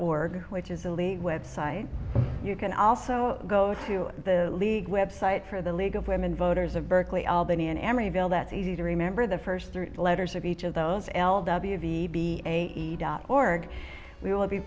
org which is a league web site you can also go to the league website for the league of women voters of berkeley albanian emeryville that's easy to remember the first three letters of each of those l w v b a dot org we will be